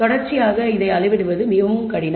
தொடர்ச்சியாக அளவிட இது மிகவும் கடினம்